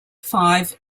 five